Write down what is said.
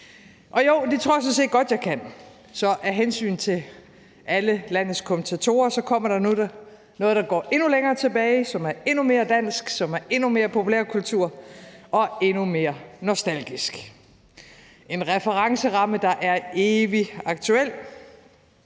Jo, det tror jeg sådan set godt jeg kan. Så af hensyn til alle landets kommentatorer kommer der nu noget, der går endnu længere tilbage, som er endnu mere dansk, som er endnu mere populærkultur og endnu mere nostalgisk. Det er en referenceramme, der er evig aktuel,